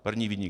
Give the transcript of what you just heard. První viník.